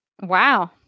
Wow